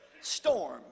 storm